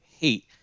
hate